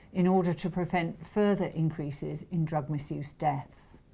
in order to prevent further increases in drug misuse deaths.